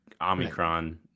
Omicron